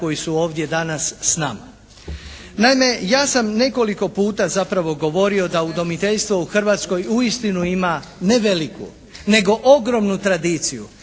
koji su ovdje danas s nama. Naime ja sam nekoliko puta zapravo govorio za udomiteljstvo u Hrvatskoj uistinu ima ne veliku nego ogromnu tradiciju.